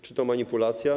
Czy to manipulacja?